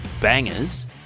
bangers